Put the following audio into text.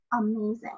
amazing